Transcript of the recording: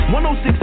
106